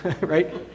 right